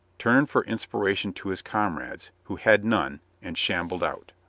turned for inspira tion to his comrades, who had none, and shambled out.